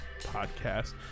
Podcast